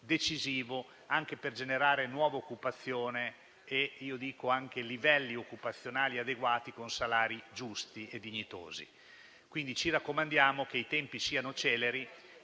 decisivo anche per generare nuova occupazione e - aggiungo - anche livelli occupazionali adeguati, con salari giusti e dignitosi. Quindi, ci raccomandiamo che i tempi siano celeri